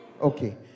Okay